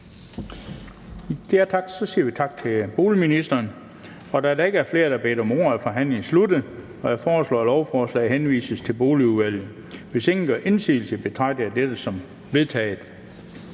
Bøgsted): Så siger vi tak til boligministeren. Da der ikke er flere, der har bedt om ordet, er forhandlingen sluttet. Jeg foreslår, at lovforslaget henvises til Boligudvalget. Hvis ingen gør indsigelse, betragter jeg dette som vedtaget.